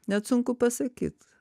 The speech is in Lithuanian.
net sunku pasakyt